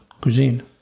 cuisine